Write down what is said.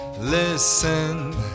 listen